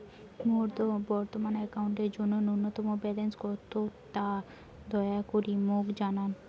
মোর বর্তমান অ্যাকাউন্টের জন্য ন্যূনতম ব্যালেন্স কত তা দয়া করি মোক জানান